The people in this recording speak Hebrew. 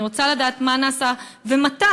אני רוצה לדעת מה נעשה ומתי.